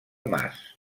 mas